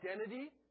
identity